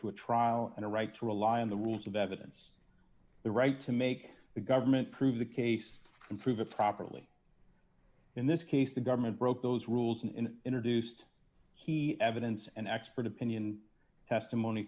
to a trial and a right to rely on the want of evidence the right to make the government prove the case and prove a properly in this case the government broke those rules and introduced he evidence and expert opinion testimony